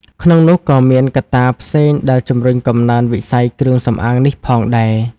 ក្នុងនោះក៏មានកត្តាផ្សេងដែលជំរុញកំណើនវិស័យគ្រឿងសម្អាងនេះផងដែរ។